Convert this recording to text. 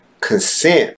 consent